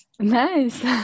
Nice